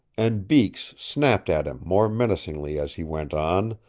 and beaks snapped at him more menacingly as he went on,